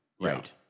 Right